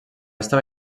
estava